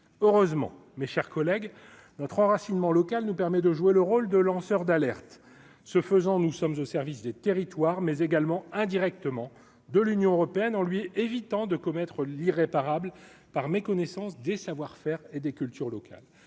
heureusement, mes chers collègues, notre enracinement local nous permet de jouer le rôle de lanceur d'alerte, ce faisant, nous sommes au service des territoires, mais également, indirectement, de l'Union européenne en lui évitant de commettre l'irréparable, par méconnaissance des savoir-faire et des cultures locales,